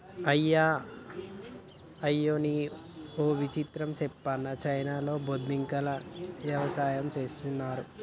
అయ్యనీ ఓ విచిత్రం సెప్పనా చైనాలో బొద్దింకల యవసాయం చేస్తున్నారు